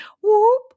Whoop